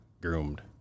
groomed